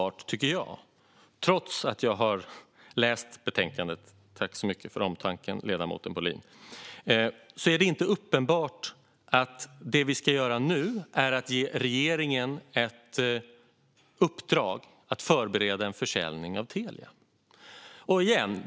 Däremot tycker jag inte att det är uppenbart, trots att jag har läst betänkandet - tack så mycket för omtanken, ledamoten Bohlin - att det vi ska göra nu är att ge regeringen ett uppdrag att förbereda en försäljning av Telia.